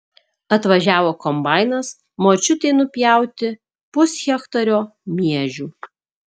atvažiavo kombainas močiutei nupjauti pushektario miežių